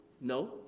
No